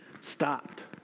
stopped